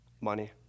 money